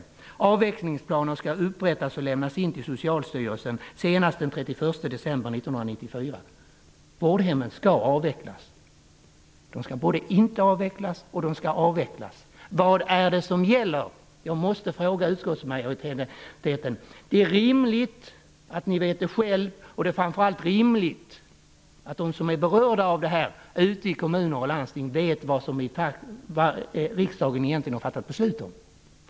Vidare skall avvecklingsplaner upprättas och lämnas in till Socialstyrelsen senast den 31 Vårdhemmen skall avvecklas. De skall både inte avvecklas och avvecklas. Vad är det som gäller? Jag måste fråga utskottsmajoriteten detta. Det är rimligt att ni själva vet. Det är väl rimligt att de som är berörda av detta ute i kommuner och landsting vet vad riksdagen egentligen har fattat beslut om.